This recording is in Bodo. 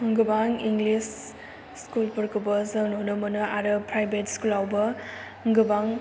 गोबां इंलिस स्कुलफोरखौबो जों नुनो मोनो आरो प्राइभेट स्कुलावबो गोबां